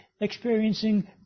experiencing